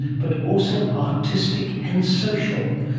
but also artistic and social.